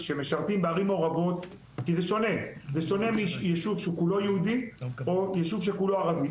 כי השירות בעיר מעורבת הוא שונה מביישוב שהוא כולו יהודי או כולו ערבי.